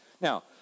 Now